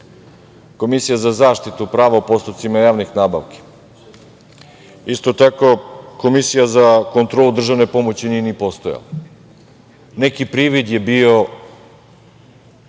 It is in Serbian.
Komisija za zaštitu prava u postupcima javnih nabavki. Isto tako, Komisija za kontrolu državne pomoći nije ni postojala. Neki privid je bio